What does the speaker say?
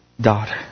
daughter